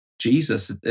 Jesus